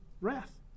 wrath